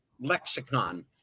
lexicon